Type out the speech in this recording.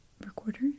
recorder